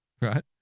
Right